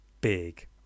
big